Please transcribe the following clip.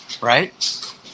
right